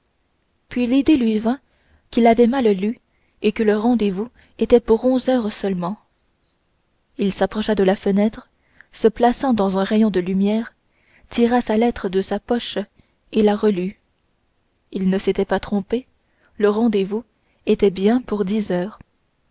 puis l'idée lui vint qu'il avait mal lu et que le rendez-vous était pour onze heures seulement il s'approcha de la fenêtre se plaça dans un rayon de lumière tira sa lettre de sa poche et la relut il ne s'était point trompé le rendez-vous était bien pour dix heures